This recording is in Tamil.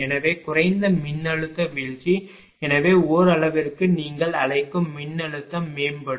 எனவே குறைந்த மின்னழுத்த வீழ்ச்சி எனவே ஓரளவிற்கு நீங்கள் அழைக்கும் மின்னழுத்தமும் மேம்படும்